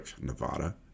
Nevada